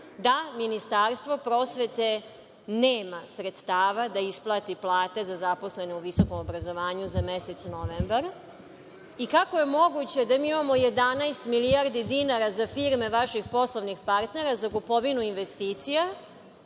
da Ministarstvo prosvete nema sredstava da isplati plate za zaposlene u visokom obrazovanju za mesec novembar? I kako je moguće da mi imamo 11 milijardi dinara za firme vaših poslovnih partnera za kupovinu investicija,